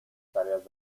tareas